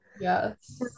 yes